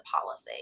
policy